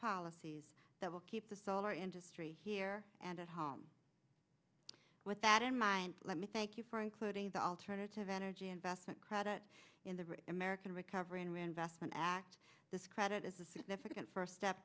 policies that will keep the solar industry here and at home with that in mind let me thank you for including the alternative energy investment credit in the american recovery and reinvestment act this credit is a significant first step